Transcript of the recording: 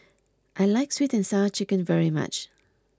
I like Sweet and Sour Chicken very much